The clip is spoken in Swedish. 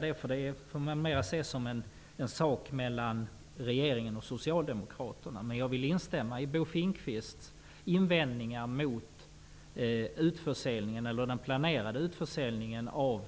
Det får man se som någonting mellan regeringen och Jag vill instämma i Bo Finnkvists invändningar mot den planerade utförsäljningen av